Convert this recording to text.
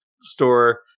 store